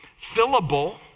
fillable